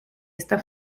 esta